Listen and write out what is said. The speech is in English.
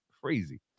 Crazy